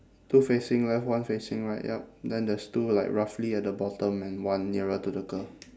two facing left one facing right yup then there's two like roughly at the bottom and one nearer to the girl